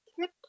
tip